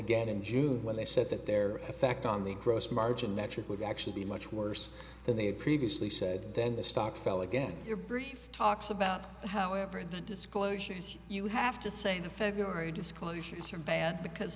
again in june when they said that their effect on the gross margin metric would actually be much worse than they had previously said then the stock fell again your brief talks about however the disclosures you have to say in the february disclosures are bad because